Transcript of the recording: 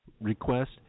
request